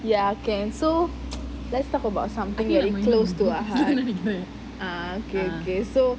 ya can so let's talk about something that is close to our hearts ah okay okay so